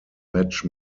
match